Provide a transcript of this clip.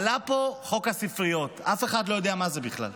עלה פה חוק הספריות, אף אחד לא יודע מה זה בכלל.